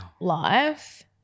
life